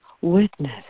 witness